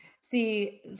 See